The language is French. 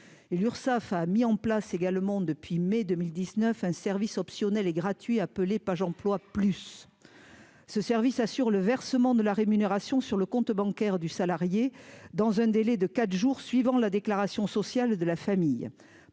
l'Urssaf a mis en place égale le monde depuis mai 2019 un service optionnel et gratuit appelé page emploie plus ce service assure le versement de la rémunération sur le compte bancaire du salarié dans un délai de quatre jours suivant la déclaration sociale de la famille